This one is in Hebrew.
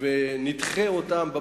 ונדחה אותם.